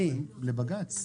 לבג"ץ.